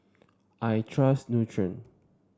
I trust Nutren